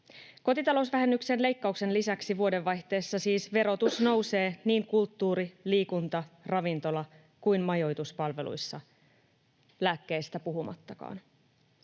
Kotitalousvähennyksen leikkauksen lisäksi vuodenvaihteessa siis verotus nousee niin kulttuuri-, liikunta-, ravintola- kuin majoituspalveluissa, lääkkeistä puhumattakaan.